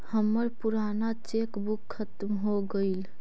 हमर पूराना cheque book खत्म हो गईल